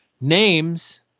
Names